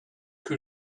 que